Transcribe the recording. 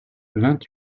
vingt